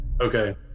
Okay